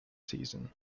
season